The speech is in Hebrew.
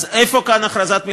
אז איפה כאן הכרזת מלחמה?